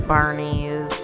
Barneys